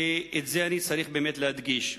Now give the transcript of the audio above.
ואת זה אני צריך באמת להדגיש,